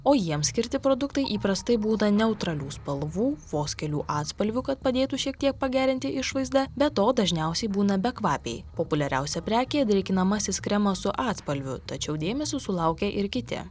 o jiems skirti produktai įprastai būna neutralių spalvų vos kelių atspalvių kad padėtų šiek tiek pagerinti išvaizdą be to dažniausiai būna bekvapiai populiariausia prekė drėkinamasis kremas su atspalviu tačiau dėmesio sulaukė ir kiti